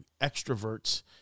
extroverts